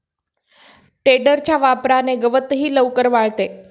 टेडरच्या वापराने गवतही लवकर वाळते